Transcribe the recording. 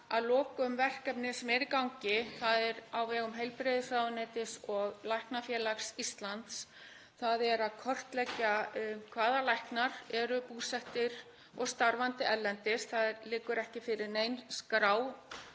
að lokum verkefni sem er í gangi á vegum heilbrigðisráðuneytis og Læknafélags Íslands, en það er að kortleggja hvaða læknar eru búsettir og starfandi erlendis. Það liggur ekki fyrir nein skrá